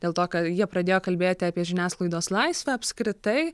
dėl to ka jie pradėjo kalbėti apie žiniasklaidos laisvę apskritai